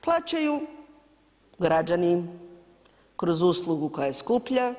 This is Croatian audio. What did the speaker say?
Plaćaju građani kroz uslugu koja je skuplja.